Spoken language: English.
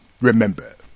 remember